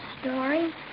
story